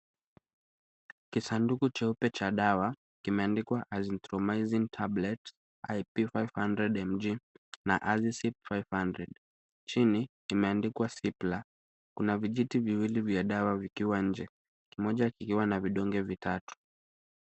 Kisanduku cheupe cha dawa kimeandikwa Azithromycin tablets IP 500mg na Azicip-500. Chini kimeandikwa Cipla . Kuna vijiti viwili vya dawa vikiwa nje. Kimoja kikiwa na vidonge vitatu.